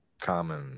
Common